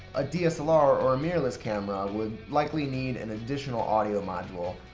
a dslr or or mirrorless camera would likely need an additional audio module.